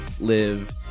live